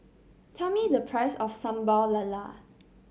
tell me the price of Sambal Lala